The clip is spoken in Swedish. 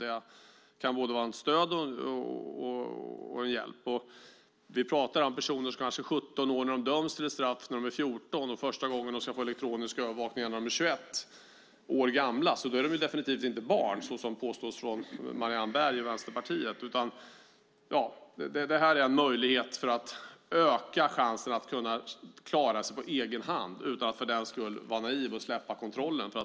Det kan både vara till stöd och hjälp. Vi talar om personer som är 17 år och som dömdes när de var 14 år. Första gången de får elektronisk övervakning är de 21 år. Det handlar alltså inte om barn, vilket Marianne Berg och Vänsterpartiet påstår. Detta är en möjlighet att öka chansen för unga att klara sig på egen hand utan att vi för den skull är naiva och släpper kontrollen.